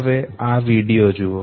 હવે આ વિડિયો જુઓ